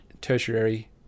tertiary